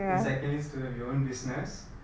your second is to have your own business